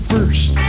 First